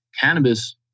Cannabis